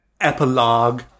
epilogue